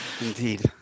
Indeed